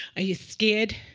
are you scared?